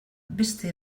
beste